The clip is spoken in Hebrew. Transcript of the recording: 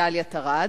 מדליית ארד,